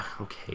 Okay